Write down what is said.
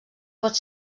pot